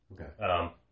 Okay